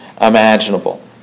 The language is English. imaginable